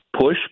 Push